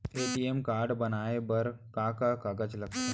ATM card बनवाये बर का का कागज लगथे?